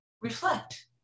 Reflect